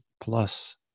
Plus